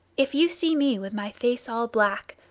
if you see me with my face all black,